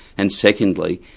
and secondly,